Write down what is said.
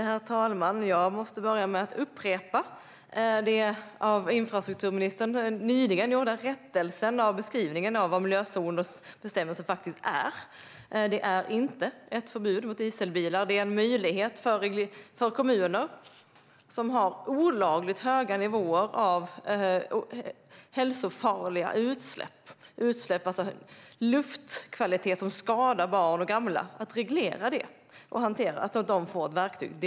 Herr talman! Jag måste börja med att upprepa infrastrukturministerns rättelse nyligen av beskrivningen av vad miljözonsbestämmelserna faktiskt är. De är inte ett förbud mot dieselbilar. De är en möjlighet för kommuner som har olagligt höga nivåer av hälsofarliga utsläpp, alltså en luftkvalitet som skadar barn och gamla, att reglera och hantera det. De får ett verktyg för det.